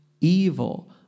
evil